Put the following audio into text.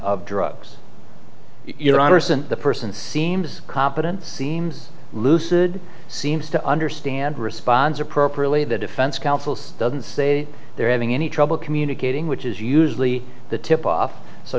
of drugs you know anderson the person seems competent seems lucid seems to understand responds appropriately the defense counsels doesn't say they're having any trouble communicating which is usually the tip off so